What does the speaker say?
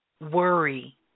worry